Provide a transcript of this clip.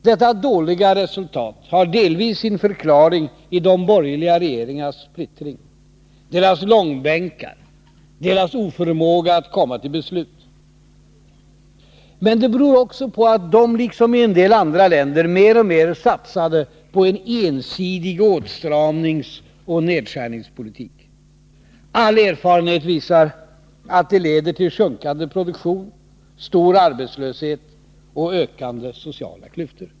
Detta dåliga resultat har delvis sin förklaring i de borgerliga regeringarnas splittring, deras långbänkar, deras oförmåga att komma till beslut. Men det beror också på att de, liksom man gjorde i en del andra länder, mer och mer satsade på en ensidig åtstramningsoch nedskärningspolitik. All erfarenhet visar att det leder till sjunkande produktion, stor arbetslöshet och ökande sociala klyftor.